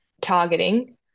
targeting